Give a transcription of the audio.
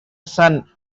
son